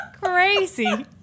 Crazy